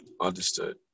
Understood